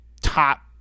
top